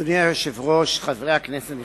אדוני היושב-ראש, חברי הכנסת הנכבדים,